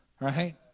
right